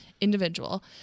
Individual